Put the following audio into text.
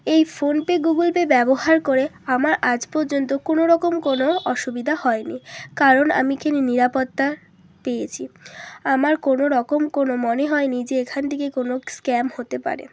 এই PhonePe Google Pay ব্যবহার করে আমার আজ পর্যন্ত কোনো রকম কোনো অসুবিধা হয়নি কারণ আমি এখানে নিরাপত্তা পেয়েছি আমার কোনো রকম কোনো মনে হয়নি যে এখান থেকে কোনো স্ক্যাম হতে পারে